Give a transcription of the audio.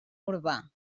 urbà